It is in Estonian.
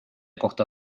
kohta